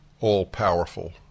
all-powerful